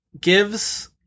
gives